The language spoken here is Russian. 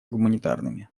гуманитарными